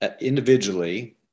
individually